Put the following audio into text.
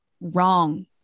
wrong